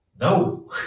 No